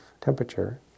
temperature